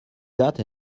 got